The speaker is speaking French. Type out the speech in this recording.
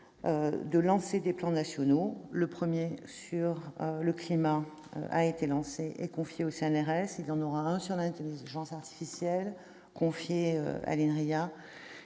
de lancer des plans nationaux. Le premier, sur le climat, a été engagé et confié au CNRS ; il y en aura un sur l'intelligence artificielle, confié à l'INRIA,